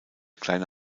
kleine